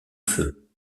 feu